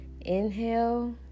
inhale